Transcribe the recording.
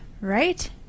Right